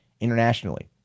internationally